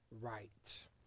right